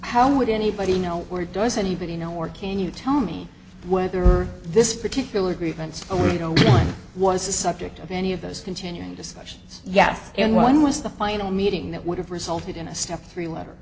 how would anybody know where does anybody know or can you tell me whether this particular grievance over you know was the subject of any of those continuing discussions yet and one was the final meeting that would have resulted in a step three letter